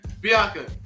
Bianca